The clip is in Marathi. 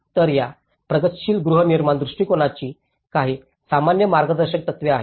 तर या प्रगतीशील गृहनिर्माण दृष्टीकोनाची काही सामान्य मार्गदर्शक तत्त्वे आहेत